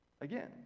again